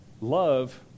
Love